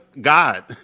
God